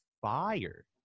fire